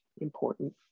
important